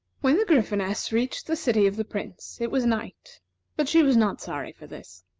when the gryphoness reached the city of the prince, it was night but she was not sorry for this.